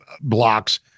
blocks